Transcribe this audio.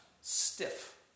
stiff